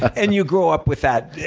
and you grow up with that.